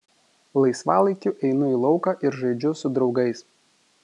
laisvalaikiu einu į lauką ir žaidžiu su draugais